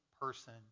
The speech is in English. person